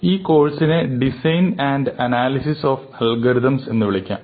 ഈ കോഴ്സിനെ design and analysis of algorithms എന്ന് വിളിക്കാം